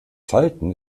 falten